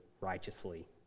righteously